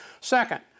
Second